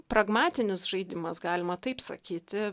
pragmatinis žaidimas galima taip sakyti